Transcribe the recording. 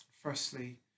Firstly